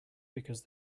because